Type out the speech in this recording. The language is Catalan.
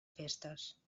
festes